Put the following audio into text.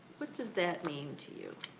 what does that mean to you?